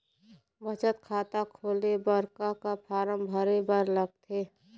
बचत खाता खोले बर का का फॉर्म भरे बार लगथे?